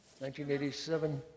1987